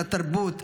לתרבות,